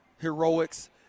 heroics